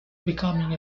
becoming